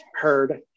heard